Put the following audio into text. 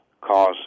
cause